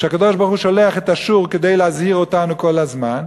שהקדוש-ברוך-הוא שולח את אשור כדי להזהיר אותנו כל הזמן.